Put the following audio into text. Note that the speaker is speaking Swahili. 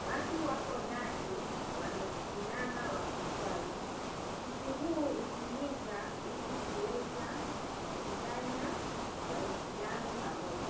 Watu wako ndani wameinama wakiswali. Msikiti huu hutumika ili kuweza kukusanya waislamu pamoja.